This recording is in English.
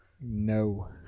No